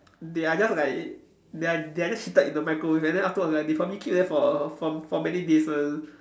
they are just like they are they are just heated in the microwave and then afterwards like they probably keep there for a for m~ for many days one